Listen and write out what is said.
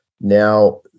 Now